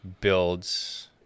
builds